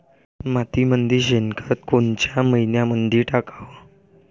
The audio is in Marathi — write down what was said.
मातीमंदी शेणखत कोनच्या मइन्यामंधी टाकाव?